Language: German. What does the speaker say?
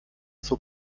zur